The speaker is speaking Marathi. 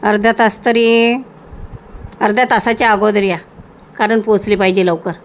अर्धा तास तरी अर्ध्या तासाच्या अगोदर या कारण पोहोचली पाहिजे लवकर